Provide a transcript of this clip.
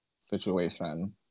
situation